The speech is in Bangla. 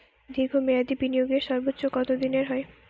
দীর্ঘ মেয়াদি বিনিয়োগের সর্বোচ্চ কত দিনের হয়?